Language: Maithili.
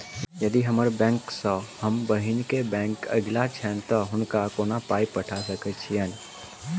यदि हम्मर बैंक सँ हम बहिन केँ बैंक अगिला छैन तऽ हुनका कोना पाई पठा सकैत छीयैन?